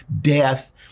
death